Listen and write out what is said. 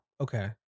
Okay